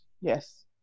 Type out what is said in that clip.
Yes